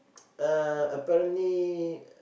uh apparently